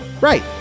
Right